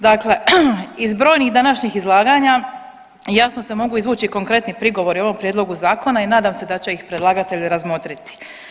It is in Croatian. Dakle, iz brojnih današnjih izlaganja jasno se mogu izvući konkretni prigovori o ovom prijedlogu zakona i nadam se da će ih predlagatelj razmotriti.